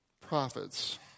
prophets